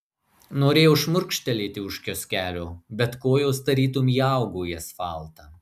norėjau šmurkštelėti už kioskelio bet kojos tarytum įaugo į asfaltą